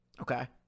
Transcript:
Okay